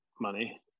money